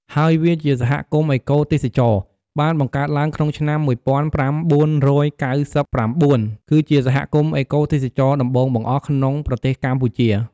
ហើយវាជាសហគមន៍អេកូទេសចរណ៍ បានបង្កើតឡើងក្នុងឆ្នាំមួយពាន់ប្រាំបួនរយកៅសិបប្រាំបួន គឺជាសហគមន៍អេកូទេសចរណ៍ដំបូងបង្អស់ក្នុងប្រទេសកម្ពុជា។